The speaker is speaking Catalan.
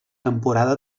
temporada